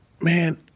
man